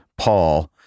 Paul